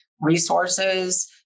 resources